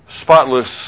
spotless